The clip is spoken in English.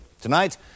tonight